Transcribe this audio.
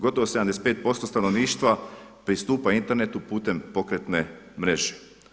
Gotovo 75% stanovništva pristupa internetu putem pokretne mreže.